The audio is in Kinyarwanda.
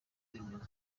remezo